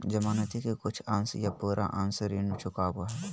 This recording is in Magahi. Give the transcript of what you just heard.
जमानती के कुछ अंश या पूरा अंश ऋण चुकावो हय